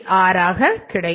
26 கிடைக்கும்